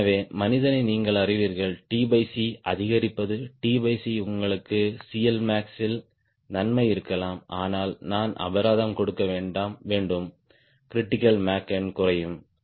எனவே மனிதனை நீங்கள் அறிவீர்கள் அதிகரிப்பது உங்களுக்கு CLmax இல் நன்மை இருக்கலாம் ஆனால் நான் அபராதம் கொடுக்க வேண்டும் கிரிட்டிக்கல் மேக் நம்பர் குறையும்